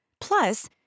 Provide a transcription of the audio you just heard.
Plus